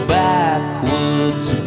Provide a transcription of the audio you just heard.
backwards